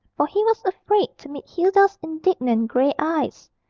for he was afraid to meet hilda's indignant grey eyes.